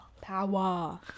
power